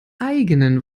eigenen